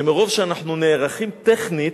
בתחושה שמרוב שאנחנו נערכים טכנית,